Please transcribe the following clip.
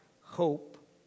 hope